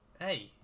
Hey